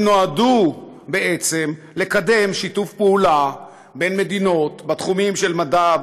הם נועדו בעצם לקדם שיתוף פעולה בין מדינות בתחומים של מדע,